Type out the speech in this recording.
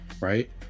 right